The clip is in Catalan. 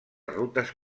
rutes